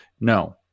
No